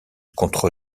contre